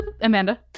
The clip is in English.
Amanda